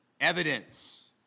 Evidence